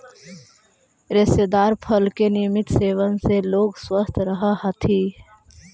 रेशेदार फल के नियमित सेवन से लोग स्वस्थ रहऽ हथी